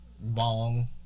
bong